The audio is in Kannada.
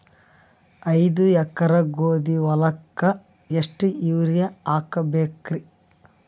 ಐದ ಎಕರಿ ಗೋಧಿ ಹೊಲಕ್ಕ ಎಷ್ಟ ಯೂರಿಯಹಾಕಬೆಕ್ರಿ?